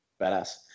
Badass